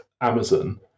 Amazon